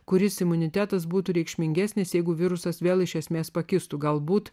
kuris imunitetas būtų reikšmingesnis jeigu virusas vėl iš esmės pakistų galbūt